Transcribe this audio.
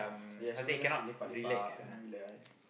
oh ya he want just lepak lepak relax one